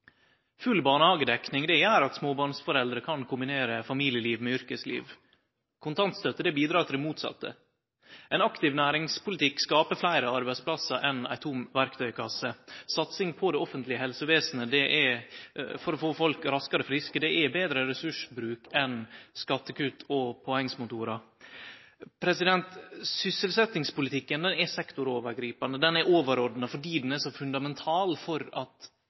Full barnehagedekning gjer at småbarnsforeldre kan kombinere familieliv med yrkesliv. Kontantstøtte bidrar til det motsette. Ein aktiv næringspolitikk skaper fleire arbeidsplassar enn ei tom verktøykasse. Satsing på det offentlege helsevesenet for å få folk raskare friske er betre ressursbruk enn skattekutt og påhengsmotorar. Sysselsetjingspolitikken er sektorovergripande, han er overordna, fordi han er så fundamental for at tannhjula i det norske samfunnet skal halde fram med å gå rundt. Det er det at